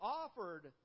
offered